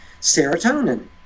serotonin